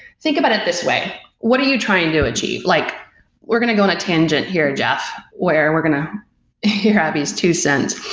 think about it this way. what are you trying to achieve? like we're going to go on a tangent here, jeff, where and we're going to hear abby's two cents.